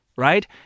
right